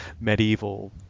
medieval